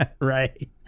Right